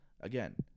again